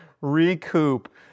recoup